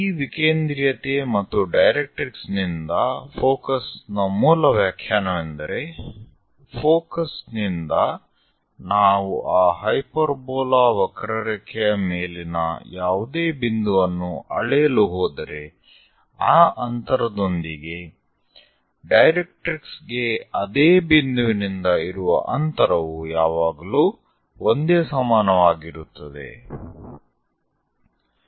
ಈ ವಿಕೇಂದ್ರೀಯತೆ ಮತ್ತು ಡೈರೆಕ್ಟ್ರಿಕ್ಸ್ ನಿಂದ ಫೋಕಸ್ ನ ಮೂಲ ವ್ಯಾಖ್ಯಾನವೆಂದರೆ ಫೋಕಸ್ ನಿಂದ ನಾವು ಆ ಹೈಪರ್ಬೋಲಾ ವಕ್ರರೇಖೆಯ ಮೇಲಿನ ಯಾವುದೇ ಬಿಂದುವನ್ನು ಅಳೆಯಲು ಹೋದರೆ ಆ ಅಂತರದೊಂದಿಗೆ ಡೈರೆಕ್ಟ್ರಿಕ್ಸ್ ಗೆ ಅದೇ ಬಿಂದುವಿನಿಂದ ಇರುವ ಅಂತರವು ಯಾವಾಗಲೂ ಒಂದೇ ಸಮಾನವಾಗಿರುತ್ತದೆ